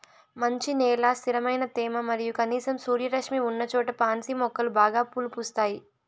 మంచి నేల, స్థిరమైన తేమ మరియు కనీసం సూర్యరశ్మి ఉన్నచోట పాన్సి మొక్కలు బాగా పూలు పూస్తాయి